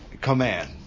command